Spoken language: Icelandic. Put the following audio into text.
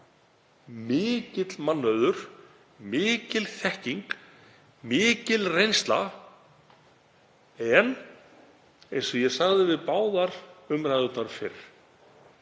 mikill mannauður, mikil þekking og mikil reynsla. Eins og ég sagði við báðar umræðurnar held